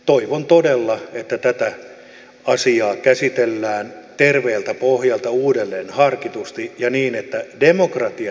toivon todella että tätä asiaa käsitellään terveeltä pohjalta uudelleen harkitusti ja niin että demokratia tulee kärkeen